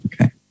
Okay